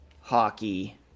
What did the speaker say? hockey